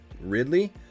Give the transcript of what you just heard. Ridley